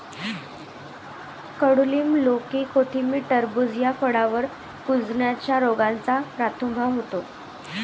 कडूलिंब, लौकी, कोथिंबीर, टरबूज या फळांवर कुजण्याच्या रोगाचा प्रादुर्भाव होतो